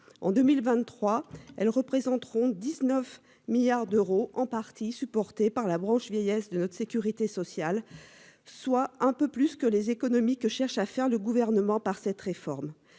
En 2023, elles représenteront 19 milliards d'euros en partie supporté par la branche vieillesse de notre sécurité sociale, soit un peu plus que les économies que cherche à faire le gouvernement, par cette réforme.